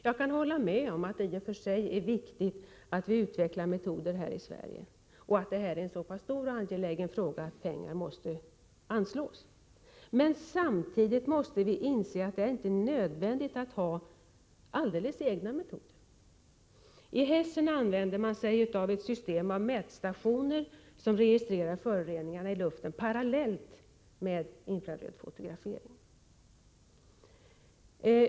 Jag kan hålla med om att det i och för sig är viktigt att utveckla metoder här i Sverige och att detta är en så pass stor och angelägen fråga att pengar måste anslås. Men samtidigt måste vi inse att det inte är nödvändigt att ha helt egna metoder. I Hessen använder man sig av ett system med mätstationer som registrerar föroreningarna i luften parallellt med fotografering med hjälp av infrarött ljus.